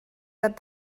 that